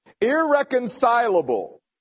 irreconcilable